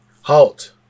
Halt